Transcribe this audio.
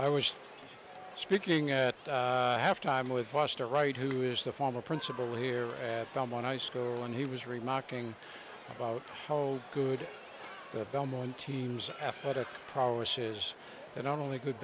i was speaking at halftime with buster wright who is the former principal here at belmont high school and he was remarketing about how good the belmont team's athletic prowess is and only good